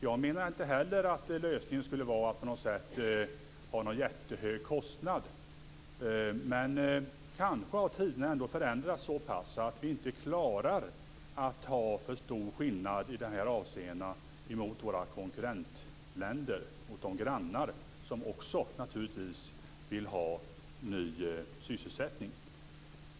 Jag menar inte heller att lösningen skulle vara att ha en jättehög kostnad, men kanske har tiderna ändå förändrats så mycket att vi inte klarar att ha för stora skillnader i dessa avseenden gentemot våra konkurrent och grannländer som också, naturligtvis, vill ha ny sysselsättning.